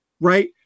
right